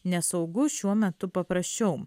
nesaugu šiuo metu paprasčiau